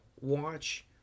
watch